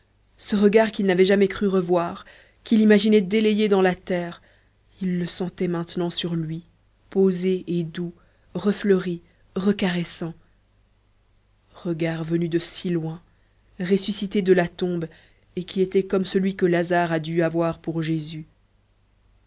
ce regard qu'il n'avait jamais cru revoir qu'il imaginait délayé dans la terre il le sentait maintenant sur lui posé et doux refleuri recaressant regard venu de si loin ressuscité de la tombe et qui était comme celui que lazare a dû avoir pour jésus